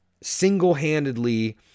single-handedly